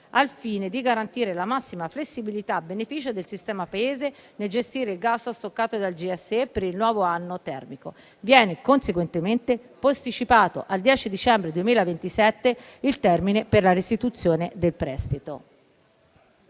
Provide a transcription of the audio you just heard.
al fine di garantire la massima flessibilità a beneficio del sistema Paese nel gestire il gas stoccato dal GSE per il nuovo anno termico. Viene conseguentemente posticipato al 10 dicembre 2027 il termine per la restituzione del prestito.